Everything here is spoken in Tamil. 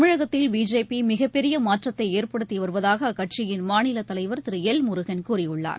தமிழகத்தில் பிஜேபி மிகப்பெரிய மாற்றத்தை ஏற்படுத்தி வருவதாக அக்கட்சியின் மாநிலத்தலைவர் திரு எல் முருகன் கூறியுள்ளார்